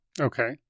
Okay